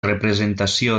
representació